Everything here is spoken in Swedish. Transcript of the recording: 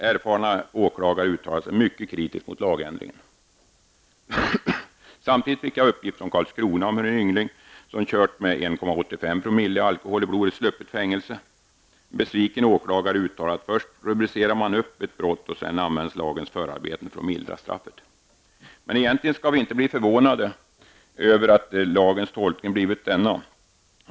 Erfarna åklagare uttalade sig mycket kritiskt mot lagändringen. Samtidigt fick jag uppgift från Karlskrona om hur en yngling som kört med 1,85 " alkohol i blodet sluppit fängelse. En besviken åklagare uttalade att först rubricerar man upp ett brott och sedan används lagens förarbeten för att mildra straffet. Egentligen skall vi inte bli förvånade över att lagens tolkning blivit denna.